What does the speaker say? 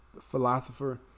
philosopher